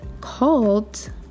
called